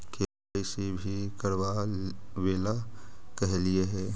KYC भी करवावेला कहलिये हे?